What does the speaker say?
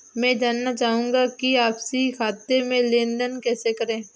मैं जानना चाहूँगा कि आपसी खाते में लेनदेन कैसे करें?